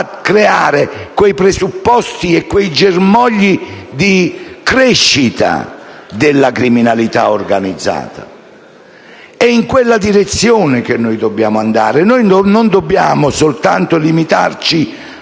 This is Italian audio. creare quei presupposti e quei germogli di crescita della criminalità organizzata. È in quella direzione che noi dobbiamo andare. Non dobbiamo soltanto limitarci